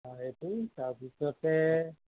অ' সেইটো তাৰপিছতে